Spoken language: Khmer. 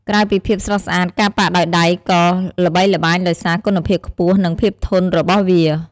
ក្រៅពីភាពស្រស់ស្អាត ការប៉ាក់ដោយដៃក៏ល្បីល្បាញដោយសារ គុណភាពខ្ពស់ និង ភាពធន់ របស់វា។